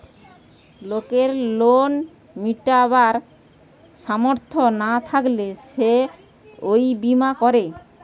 লোকের লোন মিটাবার সামর্থ না থাকলে সে এই বীমা করে